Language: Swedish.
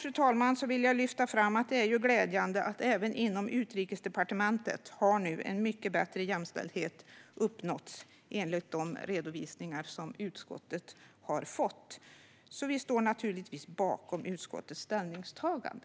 Slutligen vill jag lyfta fram att det är glädjande att mycket bättre jämställdhet nu har uppnåtts även inom Utrikesdepartementet, enligt de redovisningar som utskottet har fått. Vi står naturligtvis bakom utskottets ställningstagande.